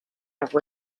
have